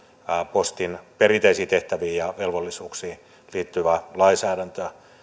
postin perinteisiin tehtäviin ja velvollisuuksiin liittyvää lainsäädäntöä